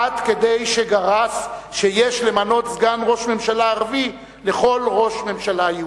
עד כדי כך שגרס שיש למנות סגן ראש ממשלה ערבי לכל ראש ממשלה יהודי.